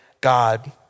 God